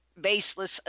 baseless